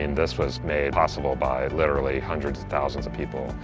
and this was made possible by literally hundreds of thousands of people.